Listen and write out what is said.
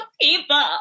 people